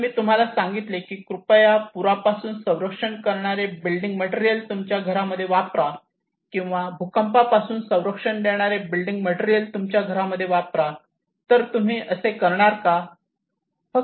जर मी तुम्हाला सांगितले कि कृपया पुरापासून संरक्षण करणारे बिल्डिंग मटेरियल तुमच्या घरामध्ये वापरा किंवा भुकंपापासून संरक्षण देणारे बिल्डिंग मटेरियल तुमच्या घरामध्ये वापरा तर तुम्ही असे करणार का